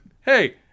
hey